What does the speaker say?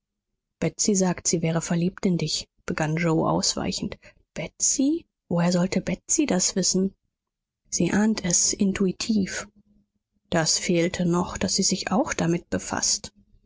betsy sagt sie wäre verliebt in dich begann yoe ausweichend betsy woher sollte betsy das wissen sie ahnt es intuitiv das fehlte noch daß sie sich auch damit befaßt